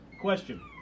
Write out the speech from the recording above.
Question